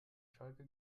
schalke